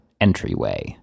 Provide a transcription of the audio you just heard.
entryway